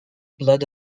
blood